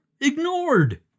ignored